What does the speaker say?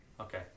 Okay